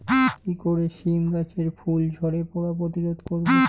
কি করে সীম গাছের ফুল ঝরে পড়া প্রতিরোধ করব?